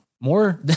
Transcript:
more